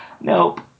nope